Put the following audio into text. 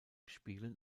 spielen